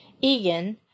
Egan